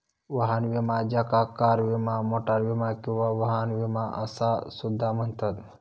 वाहन विमा ज्याका कार विमा, मोटार विमा किंवा वाहन विमा असा सुद्धा म्हणतत